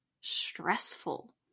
stressful